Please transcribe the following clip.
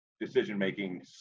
decision-making